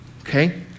okay